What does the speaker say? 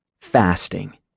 fasting